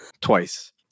twice